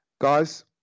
guys